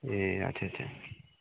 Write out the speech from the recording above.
ए अच्छा अच्छा